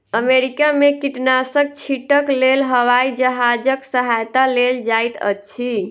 America में कीटनाशक छीटक लेल हवाई जहाजक सहायता लेल जाइत अछि